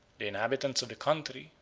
the inhabitants of the country,